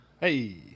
hey